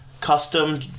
custom